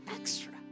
extra